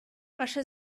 ваше